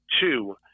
Two